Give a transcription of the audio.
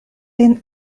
lin